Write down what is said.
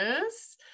yes